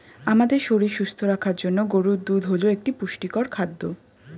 আমাদের শরীর সুস্থ রাখার জন্য গরুর দুধ হল একটি পুষ্টিকর খাদ্য